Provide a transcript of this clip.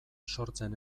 sortzen